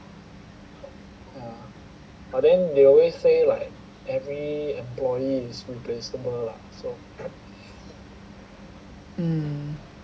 mm